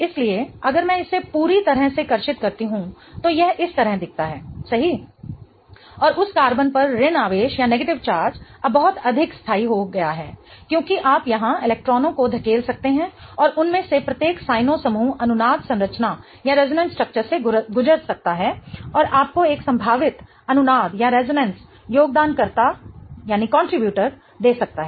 इसलिए अगर मैं इसे पूरी तरह से कर्षित करती हूं तो यह इस तरह दिखता है सही और उस कार्बन पर ऋण आवेश अब बहुत अधिक स्थाई हो गया है क्योंकि आप यहाँ इलेक्ट्रॉनों को धकेल सकते हैं और उनमें से प्रत्येक साइनो समूह अनुनाद संरचना से गुजर सकता है और आपको एक संभावित अनुनाद योगदानकर्ता दे सकता है